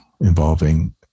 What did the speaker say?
involving